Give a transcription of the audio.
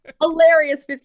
hilarious